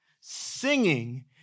singing